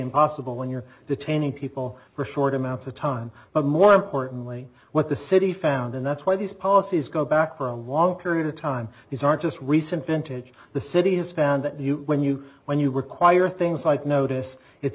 impossible when you're detaining people for short amounts of time but more importantly what the city found and that's why these policies go back for a long period of time these are just recent vintage the city has found that you when you when you require things like notice it